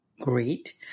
great